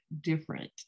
different